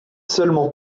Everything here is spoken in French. seulement